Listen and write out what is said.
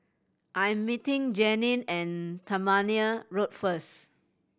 I am meeting Janine at Tangmere Road first